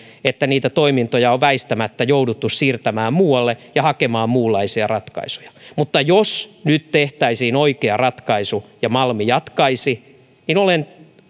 että niitä toimintoja on väistämättä jouduttu siirtämään muualle ja hakemaan muunlaisia ratkaisuja mutta jos nyt tehtäisiin oikea ratkaisu ja malmi jatkaisi niin olen